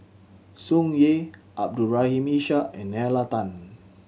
Tsung Yeh Abdul Rahim Ishak and Nalla Tan